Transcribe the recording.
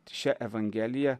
šia evangelija